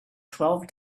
twelve